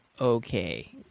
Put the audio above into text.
okay